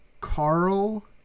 Carl